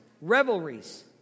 revelries